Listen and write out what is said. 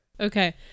okay